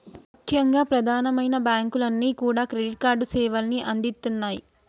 ముఖ్యంగా ప్రమాదమైనా బ్యేంకులన్నీ కూడా క్రెడిట్ కార్డు సేవల్ని అందిత్తన్నాయి